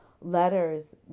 letters